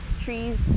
trees